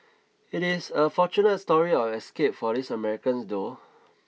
it is a fortunate story of escape for these Americans though